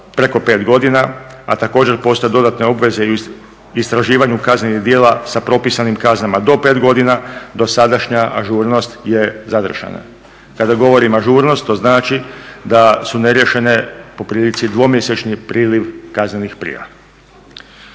preko 5 godina, a također postoje dodatne obveze u istraživanju kaznenih djela sa propisanim kaznama do 5 godina, dosadašnja ažurnost je zadržana. Kada govorim ažurnost to znači da su neriješene po prilici dvomjesečni priliv kaznenih prijava.